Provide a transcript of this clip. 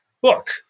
book